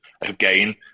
again